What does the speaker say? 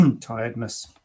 tiredness